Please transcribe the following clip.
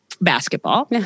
basketball